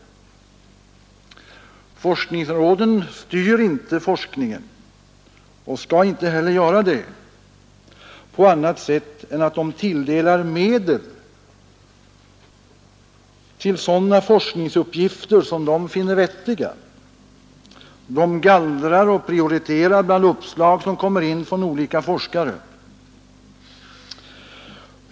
Forskningsråden styr inte forskningen, och de skall inte heller göra det på annat sätt än genom att tilldela medel till sådana forskningsuppgifter som de finner vettiga. De gallrar och prioriterar bland uppslag som kommer in från olika forskare.